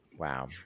Wow